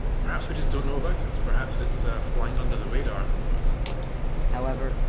perhaps we just don't know about it. perhaps it's ah flying under the radar at the moment however,